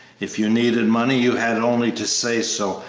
if you needed money you had only to say so,